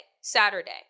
Saturday